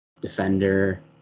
defender